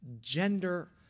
gender